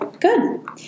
good